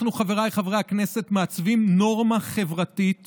אנחנו, חבריי חברי הכנסת, מעצבים נורמה חברתית